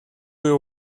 you